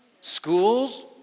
schools